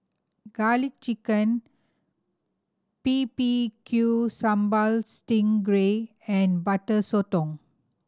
Garlic Chicken B B Q Sambal sting gray and Butter Sotong